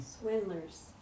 swindlers